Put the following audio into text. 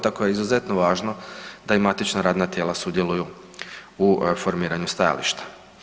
Tako je izuzetno da i matična radna tijela sudjeluju u formiranju stajališta.